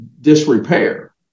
disrepair